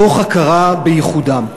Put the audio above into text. תוך הכרה בייחודם?